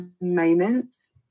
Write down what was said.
moments